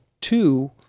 two